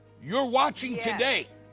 you're watching today,